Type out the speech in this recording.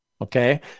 okay